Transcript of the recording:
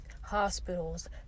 hospitals